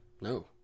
No